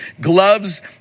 gloves